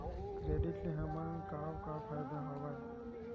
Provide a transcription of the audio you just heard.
Credit ले हमन का का फ़ायदा हवय?